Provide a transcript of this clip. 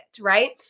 right